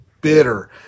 bitter